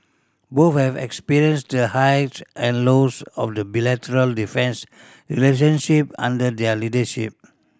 both have experienced the highs and lows of the bilateral defence relationship under their leadership